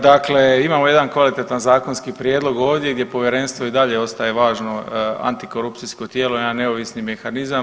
Dakle, imamo jedan kvalitetan zakonski prijedlog ovdje gdje povjerenstvo i dalje ostaje važno antikorupcijsko tijelo, jedan neovisni mehanizam.